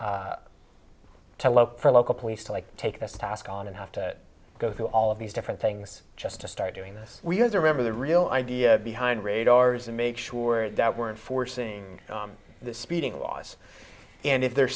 to look for local police to like take us to task on and have to go through all of these different things just to start doing this we have to remember the real idea behind radars and make sure that we're forcing the speeding laws and if there are